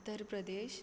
Uttar Pradesh